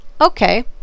Okay